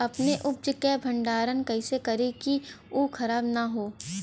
अपने उपज क भंडारन कइसे करीं कि उ खराब न हो?